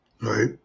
right